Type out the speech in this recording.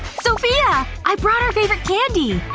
sofia! i brought our favorite candy!